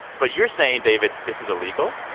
but you're saying, david, this is illegal?